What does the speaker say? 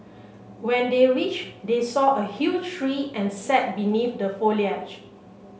when they reached they saw a huge tree and sat beneath the foliage